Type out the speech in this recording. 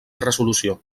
resolució